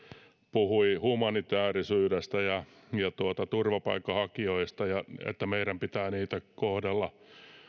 puhui humanitäärisyydestä ja turvapaikanhakijoista miten meidän pitää heitä kohdella